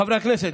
חברי הכנסת,